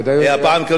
פועלים חקלאיים,